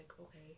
okay